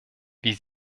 wie